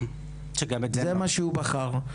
זה מה שהוא בחר.